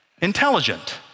Intelligent